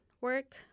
work